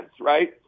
right